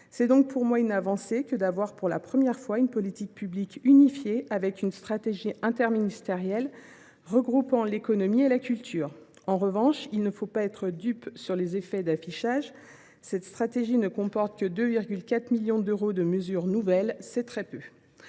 C’est donc pour moi une avancée que d’avoir, pour la première fois, une politique publique unifiée, avec une stratégie interministérielle regroupant l’économie et la culture. En revanche, il ne faut pas être dupe sur les effets d’affichage : cette stratégie ne comporte que 2,4 millions d’euros de mesures nouvelles, ce qui est très peu.